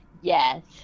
Yes